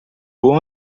bom